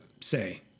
say